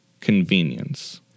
convenience